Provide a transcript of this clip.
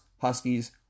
Huskies